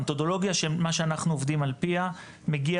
המתודולוגיה של מה שאנחנו עובדים על פיה מגיע